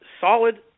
solid